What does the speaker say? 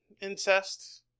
incest